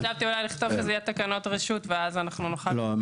חשבתי אולי לכתוב שאלו יהיו תקנות רשות ואז אנחנו נוכל --- לא,